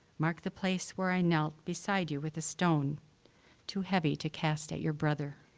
mark the place where i knelt beside you with a stone too heavy to cast at your brother.